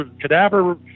cadaver